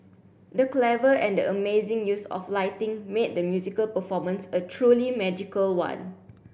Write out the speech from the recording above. the clever and the amazing use of lighting made the musical performance a truly magical one